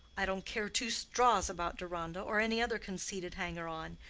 i don't care two straws about deronda, or any other conceited hanger-on.